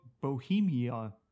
Bohemia